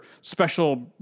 special